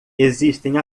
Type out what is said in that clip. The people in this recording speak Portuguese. existem